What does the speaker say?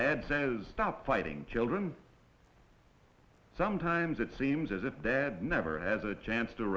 dad says stop fighting children sometimes it seems as if dad never has a chance to